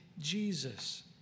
Jesus